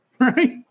right